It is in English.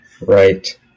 Right